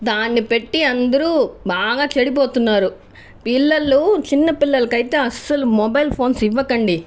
దాన్ని పెట్టి అందరూ బాగా చెడిపోతున్నారు పిల్లలు చిన్న పిల్లలకైతే అస్సలు మొబైల్ ఫోన్స్ ఇవ్వకండి